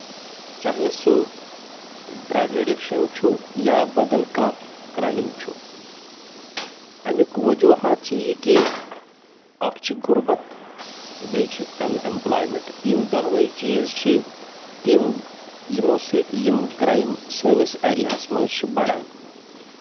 چاہے سُہ drug addiction چھُ یا بدل کانٛہہ کرٛایِم چھُ اَمیُک وجوٗہات چھِ یہِ کہِ اَکھ چھِ غُربَت بیٚیہِ چھِ اَن اٮ۪مپلایمٮ۪نٛٹ یِم دۄنوَے چیٖز چھِ تِم یِمو سۭتۍ یِم کرٛایِم سٲنِس ایریاہَس منٛز چھِ بَڑان